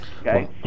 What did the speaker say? Okay